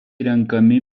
renkami